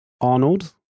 Arnold